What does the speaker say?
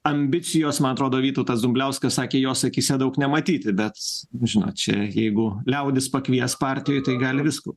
ambicijos man atrodo vytautas dumbliauskas sakė jos akyse daug nematyti bet žinot čia jeigu liaudis pakvies partijoj tai gali visko